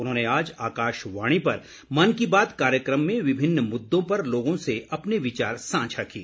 उन्होंने आज आकाशवाणी पर मन की बात कार्यक्रम में विभिन्न मुददों पर लोगों से अपने विचार सांझा किए